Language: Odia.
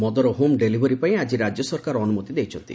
ମଦର ହୋମ ଡେଲିଭରି ପାଇଁ ଆଜି ରାଜ୍ୟ ସରକାର ଅନୁମତି ଦେଇଛନ୍ତି